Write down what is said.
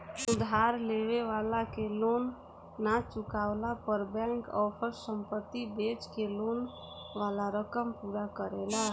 उधार लेवे वाला के लोन ना चुकवला पर बैंक ओकर संपत्ति बेच के लोन वाला रकम पूरा करेला